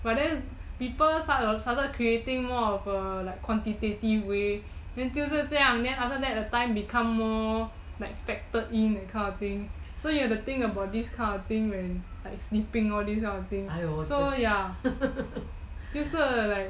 but then people started creating more of uh like a quantitative way then 就是这样 then after that the time become more like factored in that kind of thing so you have to think about this kind of thing when like sleeping all this kind of thing so ya 就是